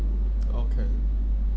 okay